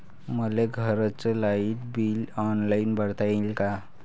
मले घरचं light bill online भरता येईन का?